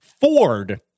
Ford